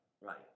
right